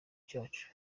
cyacu